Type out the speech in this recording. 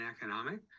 economic